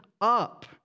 up